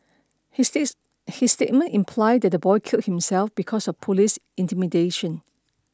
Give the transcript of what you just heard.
he says his statement imply that the boy killed himself because of police intimidation